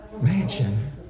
mansion